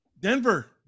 Denver